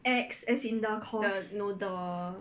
ex as in the cost